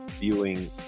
viewing